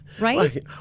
right